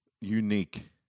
unique